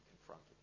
confronted